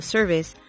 Service